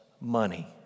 money